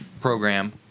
program